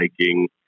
hiking